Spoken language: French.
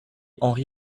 henri